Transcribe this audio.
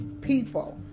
people